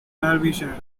derbyshire